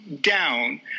down